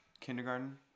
kindergarten